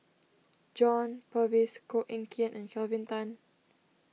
John Purvis Koh Eng Kian and Kelvin Tan